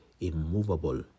immovable